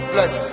Bless